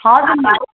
हजुर मिस